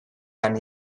anni